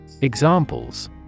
Examples